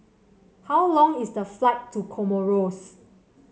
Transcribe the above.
how long is the flight to Comoros